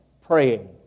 praying